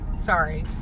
Sorry